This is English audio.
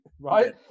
right